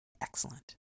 excellent